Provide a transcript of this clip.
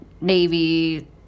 Navy